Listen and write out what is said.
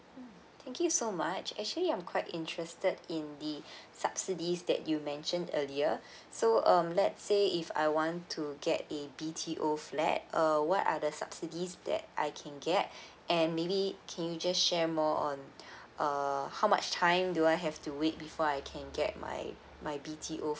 mm thank you so much actually I'm quite interested in the subsidies that you mentioned earlier so um let's say if I want to get a B_T_O flat uh what are the subsidies that I can get and maybe can you just share more on uh how much time do I have to wait before I can get my my B_T_O